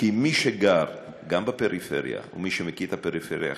כי מי שגר בפריפריה ומי שמכיר את הפריפריה החברתית,